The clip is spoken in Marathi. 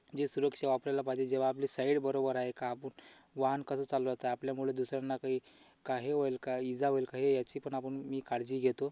जी सुरक्षा आपल्याला पाहिजे जेव्हा आपली साईड बरोबर आहे का आपण वाहन कसं चालवत आहे आपल्यामुळे दुसऱ्यांना काही का हे होईल का इजा होईल का हे याचीपण आपण मी काळजी घेतो